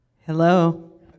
Hello